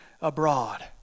abroad